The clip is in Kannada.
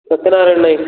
ಸತ್ಯನಾರಾಯಣ್ ಐ